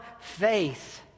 faith